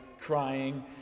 crying